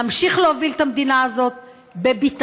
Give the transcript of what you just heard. נמשיך להוביל את המדינה הזאת בביטחון,